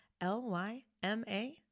L-Y-M-A